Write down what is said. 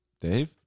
Dave